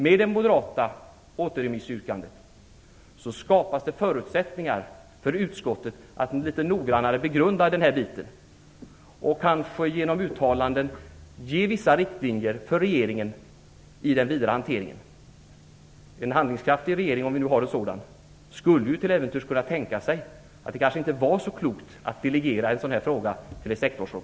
Med det moderata återremissyrkandet skapas det förutsättningar för utskottet att litet noggrannare begrunda den här biten och kanske genom uttalanden ge regeringen vissa riktlinjer för den vidare hanteringen. En handlingskraftig regering, om vi nu har en sådan, skulle till äventyrs kunna tänka sig att det kanske inte var så klokt att delegera en sådan här fråga till ett sektorsorgan.